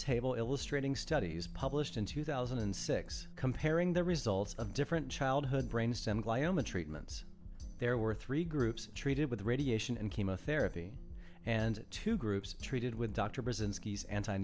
table illustrating studies published in two thousand and six comparing the results of different childhood brain stem glioma treatments there were three groups treated with radiation and chemotherapy and two groups treated with